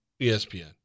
ESPN